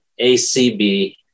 ACB